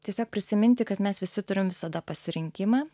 tiesiog prisiminti kad mes visi turim visada pasirinkimą